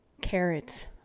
carrots